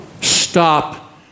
Stop